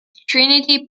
trinity